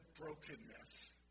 brokenness